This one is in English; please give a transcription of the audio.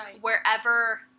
wherever